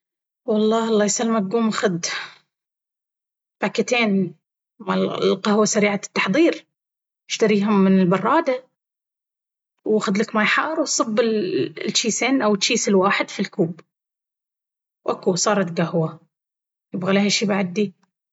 والله الله يسلمك قول أخذ باكيتين من القهوة سريعة التحضير، اشتريهم من البرادة وأخذ لك ماي حار وصب الجيسين أو الجيس الواحد في الكوب. اكو صارت قهوة! يبغى ليها شي بعد دي؟